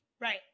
Right